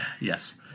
yes